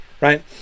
right